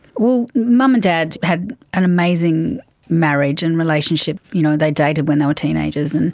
well, mum and dad had an amazing marriage and relationship. you know they dated when they were teenagers. and